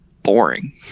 Boring